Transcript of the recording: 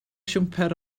siwmper